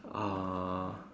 uh